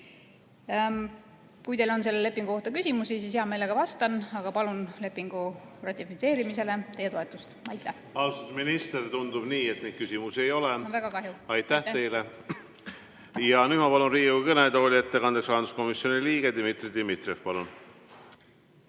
Kui teil on selle lepingu kohta küsimusi, siis heameelega vastan, aga palun lepingu ratifitseerimisele teie toetust. Aitäh! Austatud minister, tundub nii, et küsimusi ei ole. Aitäh teile! Nüüd ma palun Riigikogu kõnetooli ettekandeks rahanduskomisjoni liikme Dmitri Dmitrijevi.